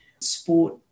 sport